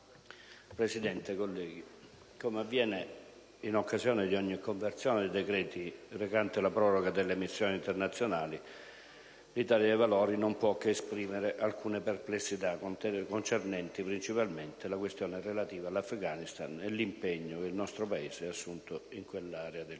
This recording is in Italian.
Presidente, colleghi, come avviene in occasione di ogni conversione dei decreti-legge recante la proroga delle missioni internazionali, l'Italia dei Valori non può che esprimere alcune perplessità concernenti, principalmente, la questione relativa all'Afghanistan e l'impegno che il nostro Paese ha assunto in quell'area del